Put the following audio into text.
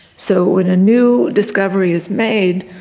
so when a new discovery is made,